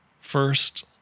first